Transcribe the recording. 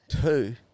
Two